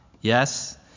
Yes